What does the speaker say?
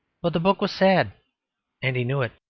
but the book was sad and he knew it.